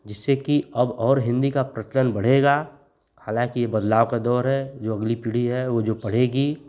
जिससे की अब और हिन्दी का प्रचलन बढ़ेगा हालकी ये बदलाव का दौर है जो अगली पीढ़ी है वह जो पढ़ेगी